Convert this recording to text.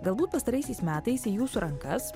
galbūt pastaraisiais metais į jūsų rankas